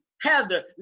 Heather